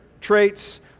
traits